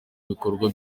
ibikorwa